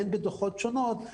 והן בדוחות שונים,